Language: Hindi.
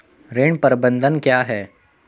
ऋण प्रबंधन क्या है?